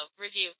review